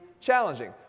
challenging